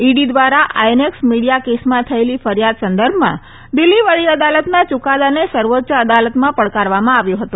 ED દ્વારા INX Media કેસમાં થયેલી ફરિયાદ સંદર્ભમાં દિલ્હી વડી અદાલતના યુકાદાને સર્વોચ્ય અદાલતમાં પડકારવામાં આવ્યો હતો